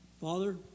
Father